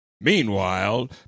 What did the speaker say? meanwhile